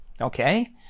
okay